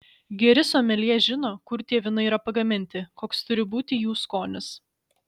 geri someljė žino kur tie vynai yra pagaminti koks turi būti jų skonis